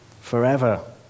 forever